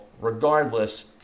regardless